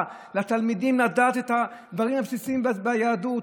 לתלמידים לדעת את הדברים הבסיסים ביהדות,